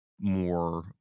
more